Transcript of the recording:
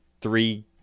three